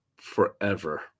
forever